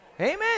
Amen